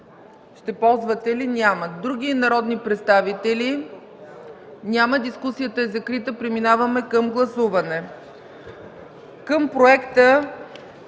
господин Казак? Няма. Други народни представители? Няма. Дискусията е закрита. Преминаваме към гласуване. Към първия